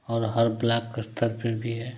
और हर ब्लाक स्तर पर भी है